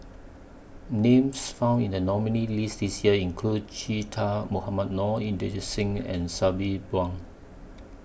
Names found in The nominees' list This Year include Che Dah Mohamed Noor Inderjit Singh and Sabri Buang